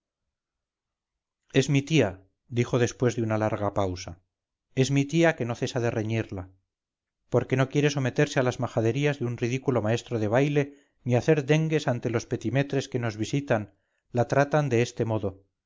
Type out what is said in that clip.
es mi tía dijo después de una larga pausa es mi tía que no cesa de reñirla porque no quiere someterse a las majaderías de un ridículo maestro de baile ni hacer dengues ante los petimetres que nos visitan la tratan de este modo